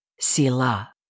Sila